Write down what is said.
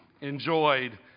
enjoyed